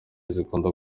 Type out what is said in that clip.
zikunda